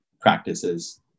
practices